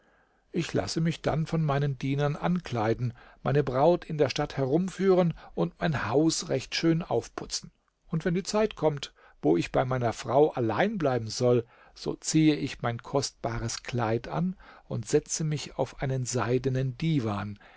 ich lasse mich dann von meinen dienern ankleiden meine braut in der stadt herumführen und mein haus recht schön aufputzen und wenn die zeit kommt wo ich bei meiner frau allein bleiben soll so ziehe ich mein kostbares kleid an und setze mich auf einen seidenen divan